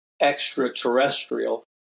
extraterrestrial